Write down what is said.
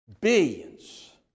Billions